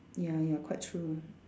ya ya quite true